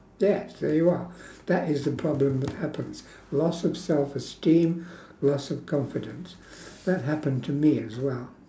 yes there you are that is the problem that happens loss of self esteem loss of confidence that happened to me as well